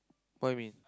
what you mean